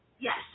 yes